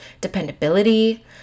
dependability